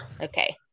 Okay